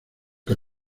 que